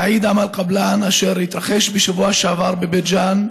סעיד אמל קבלאן, אשר התרחש בשבוע שעבר בבית ג'ן.